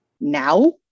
Now